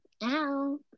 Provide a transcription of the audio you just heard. Ow